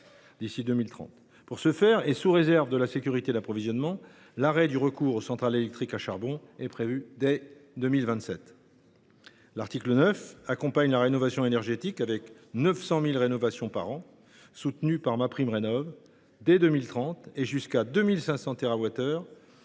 Pour ce faire, et sous réserve de la sécurité d’approvisionnement, l’arrêt du recours aux centrales électriques à charbon est prévu d’ici à 2027. L’article 9 a pour but d’accompagner la rénovation énergétique, avec 900 000 rénovations par an, soutenues par MaPrimeRénov’, dès 2030, et jusqu’à 2 500